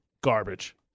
garbage